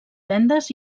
vendes